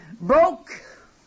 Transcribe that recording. broke